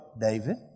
David